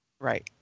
right